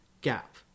gap